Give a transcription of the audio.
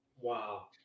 Wow